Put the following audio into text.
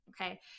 Okay